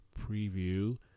preview